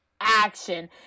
action